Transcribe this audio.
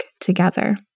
together